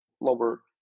lower